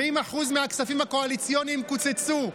70% מהכספים הקואליציוניים קוצצו.